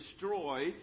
destroy